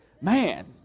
Man